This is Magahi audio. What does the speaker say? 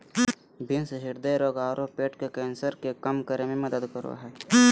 बीन्स हृदय रोग आरो पेट के कैंसर के कम करे में मदद करो हइ